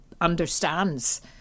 Understands